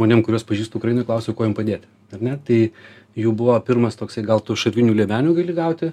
žmonėm kuriuos pažįstu ukrainoj klausiau kuo jum padėt ar ne tai jų buvo pirmas toksai gal tu šarvinių liemenių gali gauti